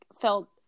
felt